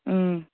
اۭں